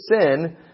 sin